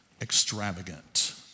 extravagant